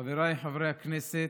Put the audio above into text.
חבריי חברי הכנסת,